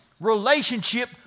relationship